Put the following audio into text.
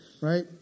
right